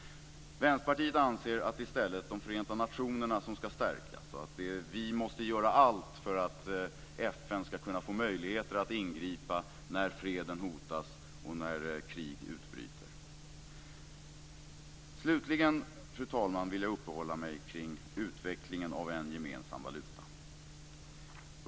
Vänsterpartiet anser att det i stället är Förenta nationerna som ska stärkas. Vi måste göra allt för att FN ska kunna få möjligheter att ingripa när freden hotas och när krig utbryter. Slutligen, fru talman, vill jag uppehålla mig kring utvecklingen av en gemensam valuta.